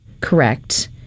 Correct